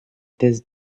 thèse